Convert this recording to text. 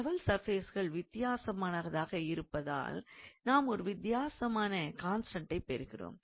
level சர்ஃபேசுகள் வித்தியாசமானதாக இருப்பதால் நாம் ஒரு வித்தியாசமான கான்ஸ்டண்டைப் பெறுகிறோம்